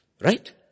Right